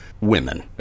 women